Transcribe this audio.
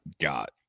got